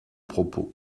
propos